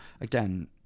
again